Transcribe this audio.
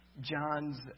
John's